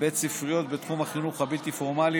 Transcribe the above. בית ספריות בתחום החינוך הבלתי-פורמלי,